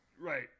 Right